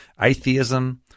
atheism